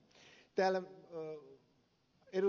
täällä ed